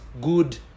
good